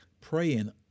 praying